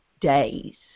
days